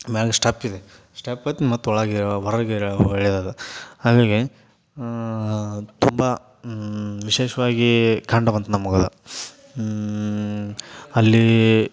ಮ್ಯಾಲ್ ಸ್ಟಪ್ಪಿದೆ ಸ್ಟೆಪ್ ಹತ್ತಿ ಮತ್ತೆ ಒಳಗೆ ಹೊರಗೆ ಇಳ್ಯದು ಅದು ಹಾಗಾಗಿ ತುಂಬ ವಿಶೇಷವಾಗಿ ಕಂಡು ಬಂತು ನಮಗ ಅಲ್ಲಿ